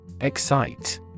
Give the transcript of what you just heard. Excite